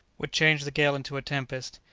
would change the gale into a tempest,